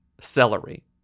celery